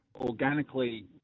organically